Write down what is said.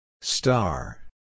Star